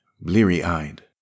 bleary-eyed